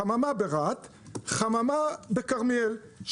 חממה ברהט וחממה בכרמיאל,